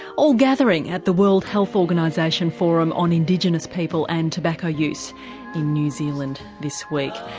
all gathering at the world health organisation forum on indigenous people and tobacco use in new zealand this week.